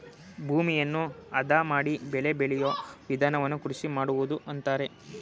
ಭೂಮಿಯನ್ನು ಅದ ಮಾಡಿ ಬೆಳೆ ಬೆಳೆಯೂ ವಿಧಾನವನ್ನು ಕೃಷಿ ಮಾಡುವುದು ಅಂತರೆ